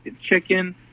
chicken